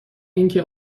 اینکه